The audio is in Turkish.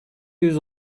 yüz